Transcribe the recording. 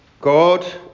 God